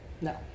No